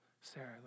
Sarah